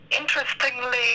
interestingly